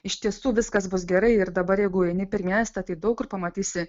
iš tiesų viskas bus gerai ir dabar jeigu eini per miestą tai daug kur pamatysi